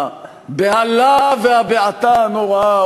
הבהלה והבעתה הנוראה,